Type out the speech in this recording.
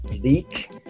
leak